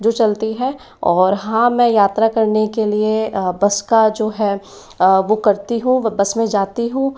जो चलती है और हाँ मैं यात्रा करने के लिए बस का जो है वह करती हूँ वो बस में जाती हूँ